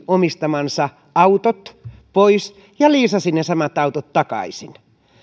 omistamansa autot pois ja liisasi ne samat autot takaisin